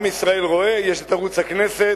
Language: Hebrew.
עם ישראל רואה, יש ערוץ הכנסת,